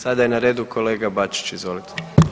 Sada je na redu kolega Bačić, izvolite.